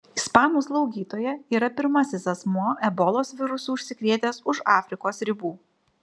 ispanų slaugytoja yra pirmasis asmuo ebolos virusu užsikrėtęs už afrikos ribų